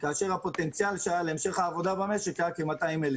כאשר הפוטנציאל שהיה להמשך העבודה במשק היה כ-200,000,